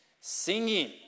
singing